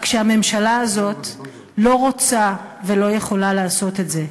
רק שהממשלה הזאת לא רוצה ולא יכולה לעשות את זה,